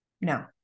No